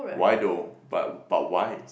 why though but but why